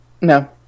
no